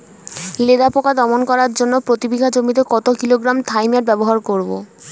লেদা পোকা দমন করার জন্য প্রতি বিঘা জমিতে কত কিলোগ্রাম থাইমেট ব্যবহার করব?